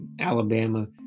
Alabama